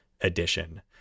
addition